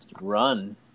run